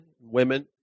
women